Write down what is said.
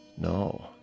no